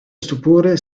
stupore